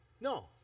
No